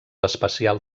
espacial